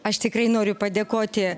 aš tikrai noriu padėkoti